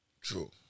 True